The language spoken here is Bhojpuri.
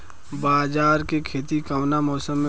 बाजरा के खेती कवना मौसम मे होला?